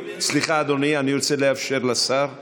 --- סליחה, אדוני, אני רוצה לאפשר לשר לדבר.